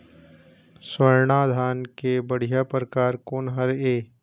स्वर्णा धान के बढ़िया परकार कोन हर ये?